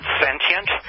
sentient